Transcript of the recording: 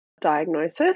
diagnosis